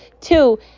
Two